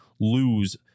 lose